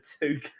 two